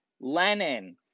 Lenin